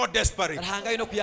desperate